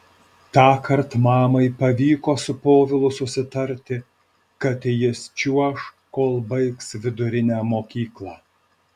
tąkart mamai pavyko su povilu susitarti kad jis čiuoš kol baigs vidurinę mokyklą